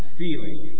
feeling